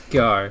go